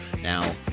Now